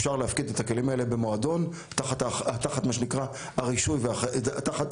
אפשר להפקיד את הכלים האלה במועדון תחת מה שנקרא הרישוי של המועדון,